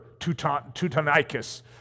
Teutonicus